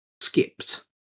Skipped